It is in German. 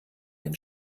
ein